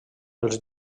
als